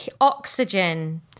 Oxygen